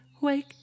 wake